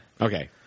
Okay